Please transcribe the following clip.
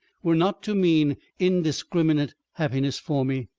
were not to mean indiscriminate happiness for me.